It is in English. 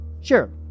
Sure